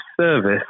service